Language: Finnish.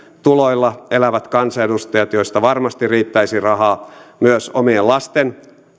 tuloilla elävillä kansanedustajilla joilta varmasti riittäisi rahaa myös omien lasten